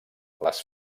les